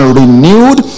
renewed